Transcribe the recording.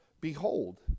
Behold